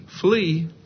flee